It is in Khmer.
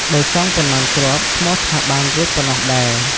ដោយសងប៉ុន្មានគ្រាប់ឈ្មោះថាបានរួចប៉ុណ្ណោះដែរ។